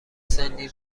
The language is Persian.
سنی